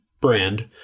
brand